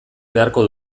beharko